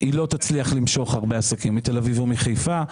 היא לא תצליח למשוך הרבה עסקים מתל אביב או מחיפה.